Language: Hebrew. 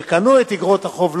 שקנו את איגרות החוב,